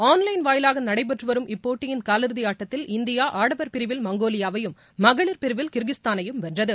ஆள் லைன் வாயிலாகநடைபெற்றுவரும் இப்போட்டியின் காலிறுதிஆட்டத்தில் இந்தியாஆடவர் பிரவில் மங்கோலியாவையும் மகளிர் பிரிவில்கிர்கிஸ்தானையும் வென்றது